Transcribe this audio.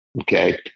Okay